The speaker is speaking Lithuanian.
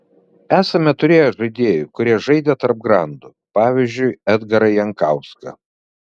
esame turėję žaidėjų kurie žaidė tarp grandų pavyzdžiui edgarą jankauską